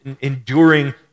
enduring